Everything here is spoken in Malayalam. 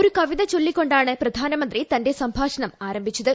ഒരു കവിത ചൊല്ലിക്കൊ ാണ് പ്രധാനമന്ത്രി തന്റെ സംഭാഷണം ആരംഭിച്ചത്